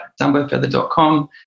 dumbofeather.com